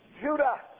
Judah